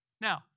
Now